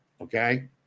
Okay